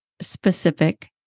specific